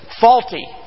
faulty